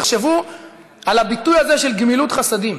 תחשבו על הביטוי הזה, "גמילות חסדים".